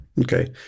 Okay